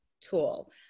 tool